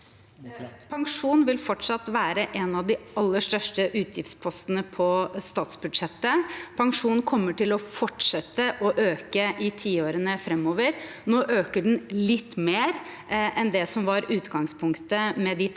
Pensjon vil fortsatt være en av de aller største utgiftspostene på statsbudsjettet. Pensjonen kommer til å fortsette å øke i tiårene framover. Nå øker den litt mer enn det som var utgangspunktet med tallene